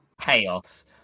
Chaos